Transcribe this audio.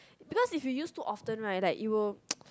because if you use too often right like it will